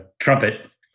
trumpet